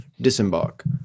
disembark